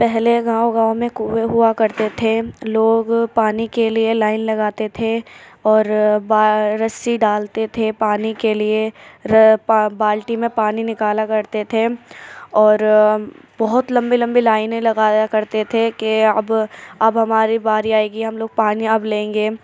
پہلے گاؤں گاؤں میں کنویں ہوا کرتے تھے لوگ پانی کے لیے لائن لگاتے تھے اور باہر رسی ڈالتے تھے پانی کے لیے بالٹی میں پانی نکالا کرتے تھے اور بہت لمبی لمبی لائنیں لگایا کرتے تھے کہ اب اب ہماری باری آئے گی ہم لوگ پانی اب لیں گے